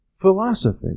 philosophy